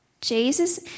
Jesus